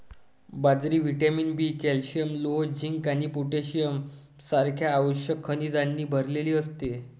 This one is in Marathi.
बाजरी व्हिटॅमिन बी, कॅल्शियम, लोह, झिंक आणि पोटॅशियम सारख्या आवश्यक खनिजांनी भरलेली असते